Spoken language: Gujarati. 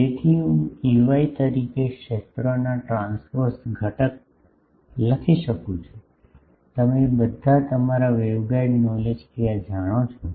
તેથી હું Ey તરીકે ક્ષેત્રોના ટ્રાંસવર્સ ઘટક લખી શકું છું તમે બધા તમારા વેગગાઇડ નોલેજથી આ જાણો છો